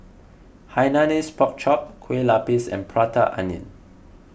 Hainanese Pork Chop Kueh Lapis and Prata Onion